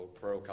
pro